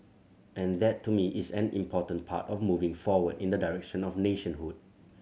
and that to me is an important part of moving forward in the direction of nationhood